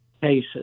cases